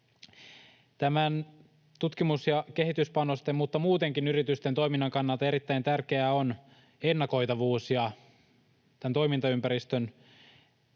Näiden tutkimus- ja kehityspanosten, mutta muutenkin yritysten toiminnan kannalta erittäin tärkeää on ennakoitavuus ja toimintaympäristön